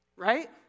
right